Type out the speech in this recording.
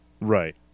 Right